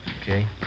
Okay